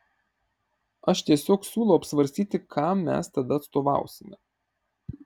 aš tiesiog siūlau apsvarstyti kam mes tada atstovausime